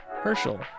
herschel